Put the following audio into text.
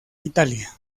italia